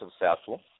successful